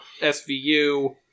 SVU